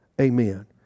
Amen